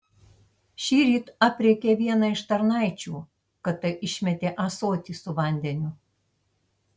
šįryt aprėkė vieną iš tarnaičių kad ta išmetė ąsotį su vandeniu